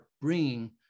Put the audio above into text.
bringing